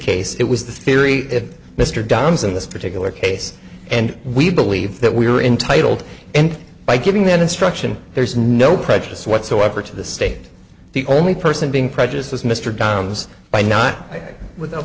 case it was the theory if mr downs in this particular case and we believe that we are entitled and by giving that instruction there is no prejudice whatsoever to the state the only person being prejudiced as mr downs by not without